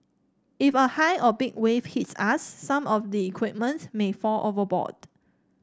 if a high or big wave hits us some of the equipment may fall overboard